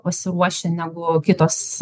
pasiruošę negu kitos